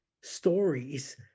stories